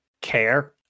care